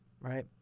right